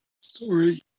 Sorry